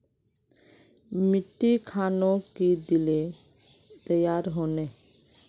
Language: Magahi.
मिट्टी खानोक की दिले तैयार होने?